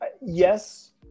yes